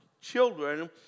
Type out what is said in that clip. children